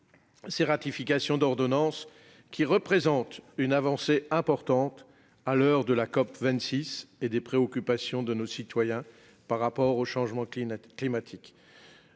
la ratification de ces ordonnances, qui représentent une avancée importante à l'heure de la COP26 et des préoccupations de nos citoyens relativement au changement climatique.